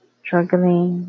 struggling